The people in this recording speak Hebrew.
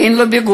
אין לו ביגוד,